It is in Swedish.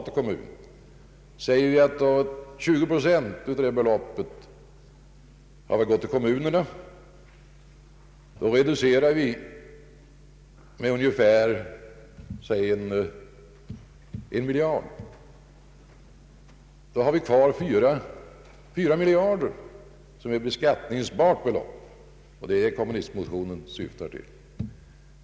Om vi antar att 20 procent av ifrågavarande belopp går till kommunerna, så reduceras summan med ungefär 1 miljard kronor. Kvar blir då ett beskattningsbart belopp av 4 miljarder, och det är detta kommunistmotionen syftar på.